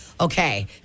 Okay